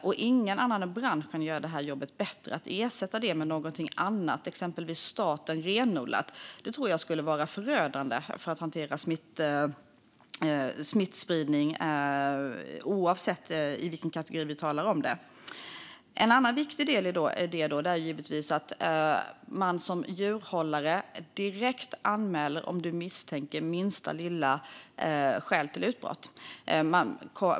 Och ingen gör jobbet bättre än branschen. Att ersätta detta med någonting annat, exempelvis staten, tror jag skulle vara förödande när det gäller att hantera smittspridning oavsett vilken kategori vi talar om. En annan viktig del i detta är givetvis att man som djurhållare direkt ska anmäla om man har minsta lilla skäl att misstänka utbrott.